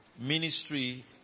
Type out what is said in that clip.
ministry